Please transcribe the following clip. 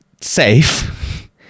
safe